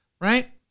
right